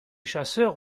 chasseurs